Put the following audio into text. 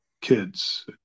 kids